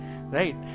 Right